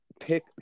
pick